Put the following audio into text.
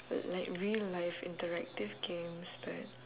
but like real life interactive games but